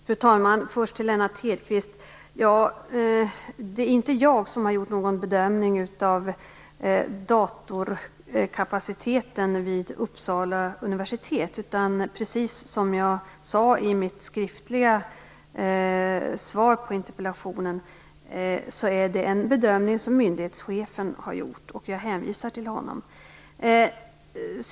Fru talman! Först vill jag säga till Lennart Hedquist att det inte är jag som har gjort någon bedömning av datorkapaciteten vid Uppsala universitet. Precis som jag angav i mitt skriftliga svar på interpellationen är det en bedömning som myndighetschefen har gjort. Jag hänvisar till honom.